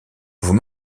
vous